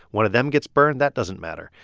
one of them gets burned that doesn't matter.